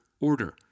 order